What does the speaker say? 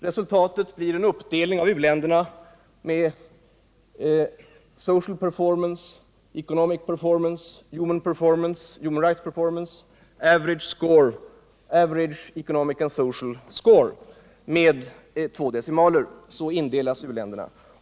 Resultatet blir en uppdelning av u-ländernas ”Economic Performance”, ” Social Performance”, ”Human Rights Performance”, ”Average Score” och ”Average Economic and Social Score” — med två decimaler!